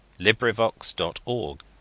LibriVox.org